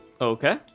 Okay